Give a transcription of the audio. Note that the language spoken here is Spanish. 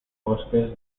bosques